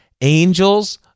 angels